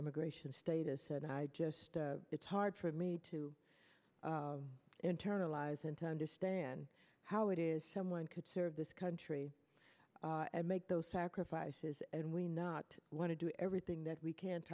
immigration status and i just it's hard for me to internalize and to understand how it is someone could serve this country make those sacrifices and we not want to do everything that we can